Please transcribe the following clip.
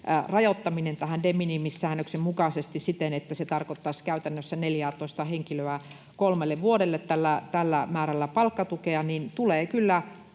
rajoittaminen de minimis -säännöksen mukaisesti siten, että se tarkoittaisi käytännössä 14:ää henkilöä kolmelle vuodelle tällä määrällä palkkatukea, tulee kyllä